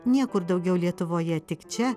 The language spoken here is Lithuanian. niekur daugiau lietuvoje tik čia